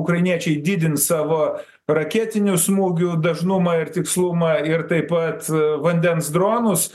ukrainiečiai didins savo raketinių smūgių dažnumą ir tikslumą ir taip pat vandens dronus